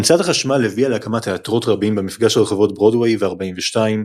המצאת החשמל הביאה להקמת תיאטראות רבים במפגש הרחובות ברודוויי ו-42,